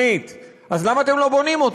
למה לא בונים?